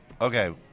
okay